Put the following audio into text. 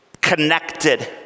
connected